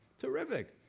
terrific!